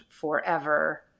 forever